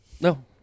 No